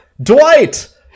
dwight